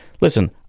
Listen